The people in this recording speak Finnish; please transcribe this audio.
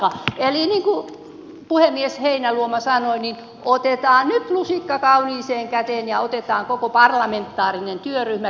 eli niin kuin puhemies heinäluoma sanoi niin otetaan nyt lusikka kauniiseen käteen ja otetaan koko parlamentaarinen työryhmä käsiin